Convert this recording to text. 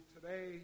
today